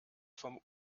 vom